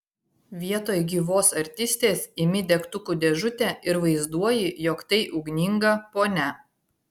vietoj gyvos artistės imi degtukų dėžutę ir vaizduoji jog tai ugninga ponia